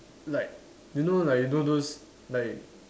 like you know like you know those like